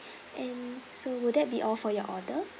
and so would that be all for your order